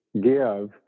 give